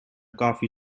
coffee